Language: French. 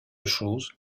chose